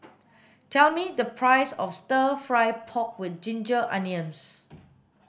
tell me the price of stir fry pork with ginger onions